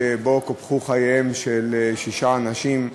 שבה קופחו חייהם של שישה אנשים,